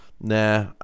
Nah